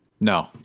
No